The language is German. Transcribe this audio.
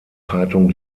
zeitung